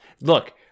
Look